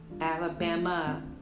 alabama